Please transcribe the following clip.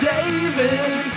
David